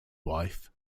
wife